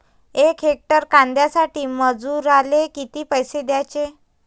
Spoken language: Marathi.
यक हेक्टर कांद्यासाठी मजूराले किती पैसे द्याचे?